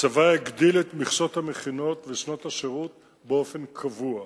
הצבא הגדיל את מכסות המכינות ושנות השירות באופן קבוע.